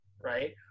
right